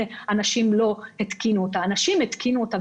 שאנשים לא התקינו את האפליקציה אנשים כן התקינו אותה.